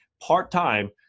part-time